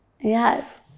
Yes